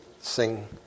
sing